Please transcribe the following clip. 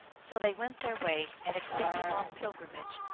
so they went their way, an exceeding long pilgrimage,